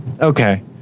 Okay